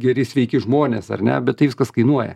geri sveiki žmonės ar ne bet tai viskas kainuoja